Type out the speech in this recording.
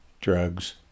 drugs